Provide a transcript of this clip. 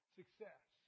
success